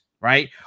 right